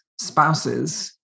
spouses